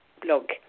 blog